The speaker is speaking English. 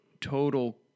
total